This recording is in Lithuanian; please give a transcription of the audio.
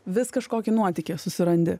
vis kažkokį nuotykį susirandi